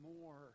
more